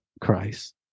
Christ